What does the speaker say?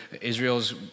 Israel's